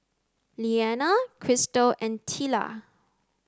Lilliana Kristal and Tilla